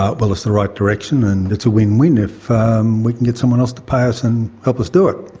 ah well, it's the right direction and it's a win-win if we can get someone else to pay us and help us do it.